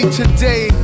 today